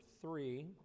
three